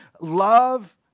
love